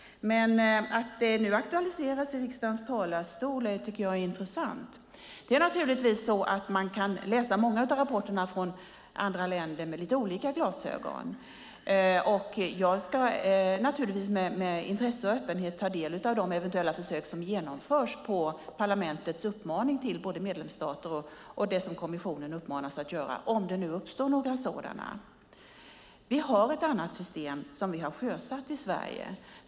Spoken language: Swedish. Att det nu aktualiseras i riksdagens talarstol är intressant. Det är naturligtvis så att man kan läsa rapporterna från andra länder med lite olika glasögon. Jag ska med intresse och öppenhet ta del av de eventuella försök som genomförs på parlamentets uppmaning till medlemsstater och det som kommissionen uppmanas att göra om det nu uppstår några sådana. Vi har ett annat system som vi har sjösatt i Sverige.